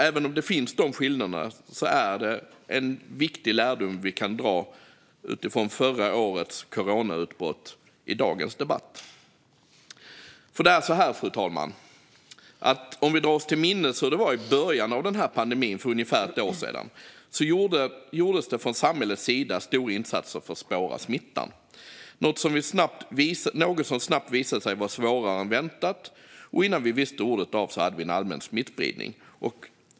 Även om dessa skillnader finns kan vi dra en viktig lärdom av förra årets coronautbrott i dagens debatt. Fru talman! Om vi drar oss till minnes hur det var i början av den här pandemin, för ungefär ett år sedan, vet vi att det från samhällets sida gjordes stora insatser för att spåra smittan. Det var något som snabbt visade sig vara svårare än väntat, och innan vi visste ordet av hade vi en allmän smittspridning.